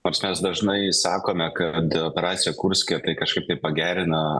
nors mes dažnai sakome kad operacija kurske kažkaip tai pagerina